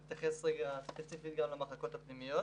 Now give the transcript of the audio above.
אני אתייחס גם למחלקות הפנימיות.